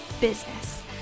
business